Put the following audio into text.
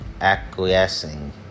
acquiescing